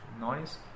noise